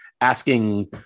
asking